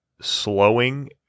slowing